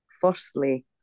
firstly